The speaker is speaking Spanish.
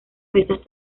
esas